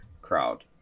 crowd